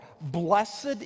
Blessed